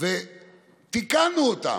ותיקנו אותם.